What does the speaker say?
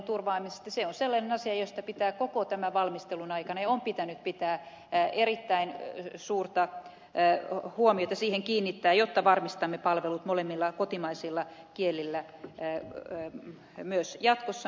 se on sellainen asia johon koko tämän valmistelun aikana pitää ja on pitänyt erittäin suurta huomiota kiinnittää jotta varmistamme palvelut molemmilla kotimaisilla kielillä myös jatkossa